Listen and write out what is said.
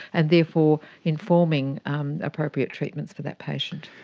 and therefore informing um appropriate treatments for that patient.